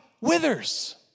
withers